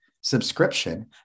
subscription